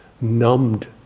numbed